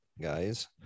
guys